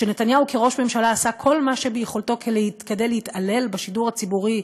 שנתניהו כראש ממשלה עשה כל מה שביכולתו כדי להתעלל בשידור הציבורי,